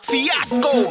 Fiasco